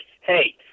hey